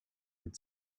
had